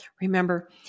Remember